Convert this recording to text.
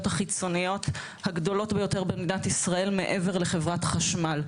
החיצוניות הגדולות ביותר במדינת ישראל מעבר לחברת חשמל,